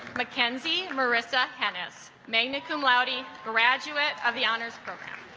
mckenzie marissa hennis magna cum laude ah graduate of the honors program